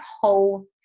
whole